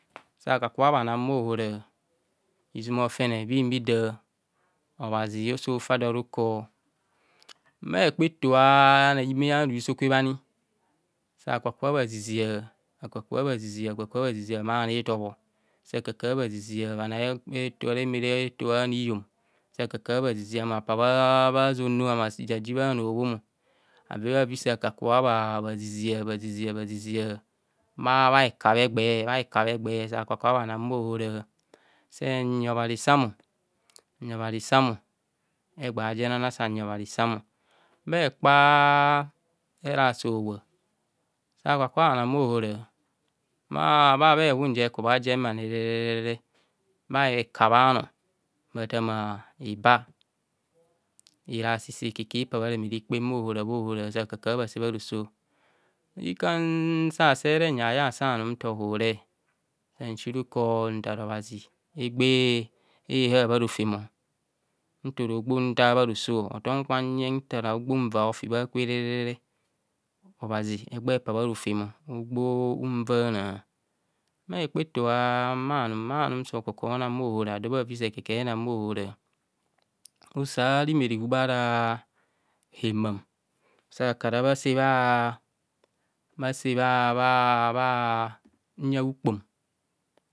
Sa ha ka kubho bhannang bha ohora, izuma hofene bho ima idạạ. Obhazi osa ofa do ruko. Bha ɛkpa ɛto ạ bhanoo time anosokwe bhani sa kaku bho bhazizia, kakubho bhazizia, kaka bho bhazizia. Mma bhanoo a ithọb sa bha kakubho bhazizia. Bhanoo ɛto ɛmere ɛto a bhanihom, sa bhaku bhoz bhazizia, ahumo a pa bha azono mma apa bha anobhom abe bhaavi sa bhaku bha bhazizian sa bhaku sa bha kubho bhazizia, bhazizia, bhazizia, bha hekabhe ɛgbee, bha hekabhe ɛgbee, nyi obhazi sami, sa bha kubho bhanang bha ohora nyi obhazi sam, nyi obhazi sam, bha ɛgbee a jenanana sanyi obhazi samọ bha hekpa erasi howap sa bha kaku bho bhang bhaohora bha ehuhun je ekubha jem ani re re re mma hekabhe abhọnọọ bhathama hiba ɛrasi sa ikakubho ipa bha reme rikpe, bha ohora. Bhạoahore, sa bha kaku bho bhase bharo ikaạ nseasi re nyeng ayeng asaanum nta ohub re. Nsan nsiruko nthaa obhazi hegiha eha bha rojem nthora ogba vovaana, hothom kwanyeng nta orun vạạ ofi bha kwere obhazi hepa bha rofen hogba unvaans bha hekpa eto a mma anum adobhaavi se ekakubho ehana ohora usa rimerehub ara hemam ba bhakura bhíse bha bha bha uyan ukpom sa bhaka kubho bhanang bha ohora.